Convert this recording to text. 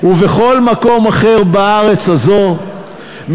ובכל מקום אחר בארץ הזאת,